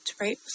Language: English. right